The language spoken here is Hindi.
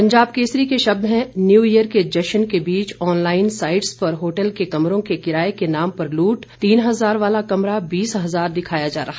पंजाब केसरी के शब्द हैं न्यू ईयर के जश्न के बीच ऑनलाइन साइट्स पर होटल के कमरों के किराए के नाम पर लूट तीन हजार वाला कमरा बीस हजार दिखाया जा रहा